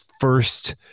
first